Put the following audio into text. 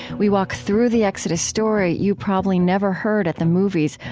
we walk through the exodus story you probably never heard at the movies,